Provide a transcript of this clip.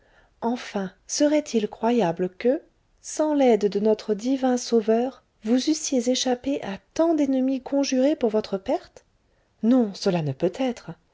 enfin serait-il croyable que sans l'aide de notre divin sauveur vous eussiez échappé à tant d'ennemis conjurés pour votre perte non cela ne peut être